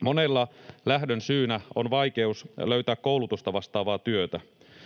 Monella lähdön syynä on vaikeus löytää koulutusta vastaavaa työtä.